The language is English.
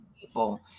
People